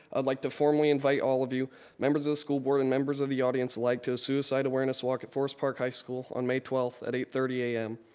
i'd like to formally invite all of you members of the school board and members of the audience alike like to a suicide awareness walk at forest park high school on may twelfth at eight thirty am.